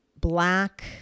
black